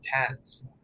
intense